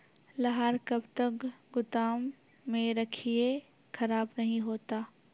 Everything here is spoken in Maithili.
लहार कब तक गुदाम मे रखिए खराब नहीं होता?